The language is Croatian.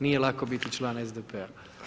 Nije lako biti član SDP-a.